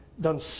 done